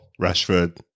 Rashford